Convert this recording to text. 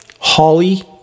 Holly